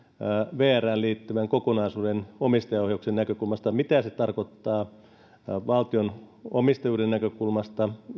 vrään liittyvän kokonaisuuden omistajaohjauksen näkökulmasta mitä se tarkoittaa valtion omistajuuden näkökulmasta